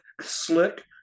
Slick